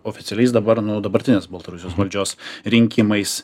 oficialiais dabar nu dabartinės baltarusijos valdžios rinkimais